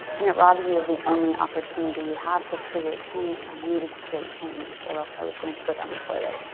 and it robs you of the only opportunity you have to create change and i needed to create change or else i was going to go down the toilet.